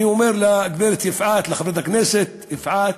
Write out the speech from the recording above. אני אומר לגברת יפעת, לחברת הכנסת יפעת: